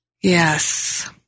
Yes